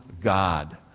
God